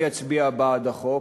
אני אצביע בעד החוק,